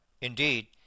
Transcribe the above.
indeed